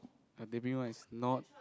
the teh-bing one is not